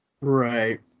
Right